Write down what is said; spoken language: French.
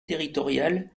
territoriales